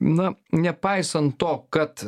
na nepaisant to kad